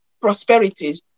prosperity